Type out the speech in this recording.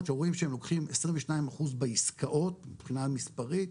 שרואים שהם לוקחים 22 אחוז בעיסקאות מבחינה מספרית,